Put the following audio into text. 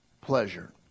pleasure